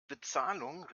bezahlung